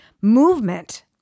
movement